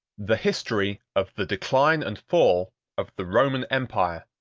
the history of the decline and fall of the roman empire,